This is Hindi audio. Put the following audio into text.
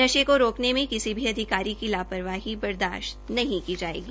नशे को रोकने में किसी भी अधिकारी की लापरवाही बर्दाश्त नहीं की जायेगी